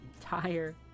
entire